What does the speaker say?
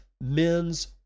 men's